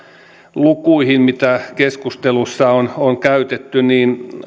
mitä keskustelussa on on käytetty